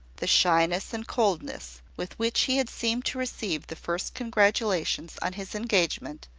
the shyness and coldness with which he had seemed to receive the first congratulations on his engagement,